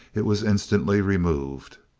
it was instantly removed.